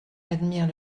admire